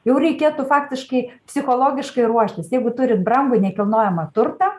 jau reikėtų faktiškai psichologiškai ruoštis jeigu turit brangų nekilnojamą turtą